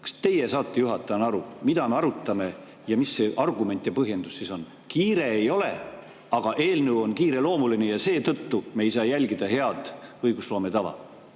Kas teie saate juhatajana aru, mida me arutame ja mis see argument ja põhjendus siis on? Kiiret ei ole, aga eelnõu on kiireloomuline ja seetõttu me ei saa järgida head õigusloome tava.